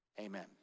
Amen